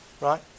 Right